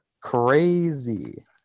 crazy